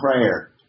prayer